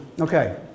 Okay